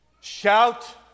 Shout